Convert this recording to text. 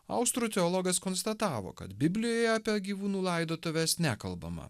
austrų teologas konstatavo kad biblijoje apie gyvūnų laidotuves nekalbama